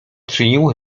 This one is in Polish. czynił